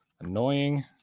annoying